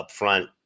upfront